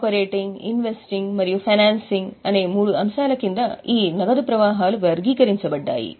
operating investing మరియు financing అనే మూడు అంశాల క్రింద ఈ నగదు ప్రవాహాలు వర్గీకరించబడ్డాయి